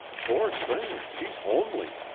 poor thing, she's homely!